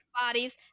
bodies